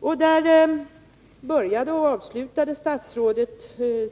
Statsrådet började och avslutade